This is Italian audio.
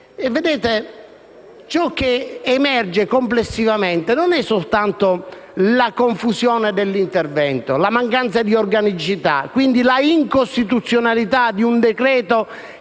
Ciò che emerge, complessivamente, non è soltanto la confusione dell'intervento, la mancanza di organicità e quindi l'incostituzionalità di un decreto-legge